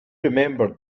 remembered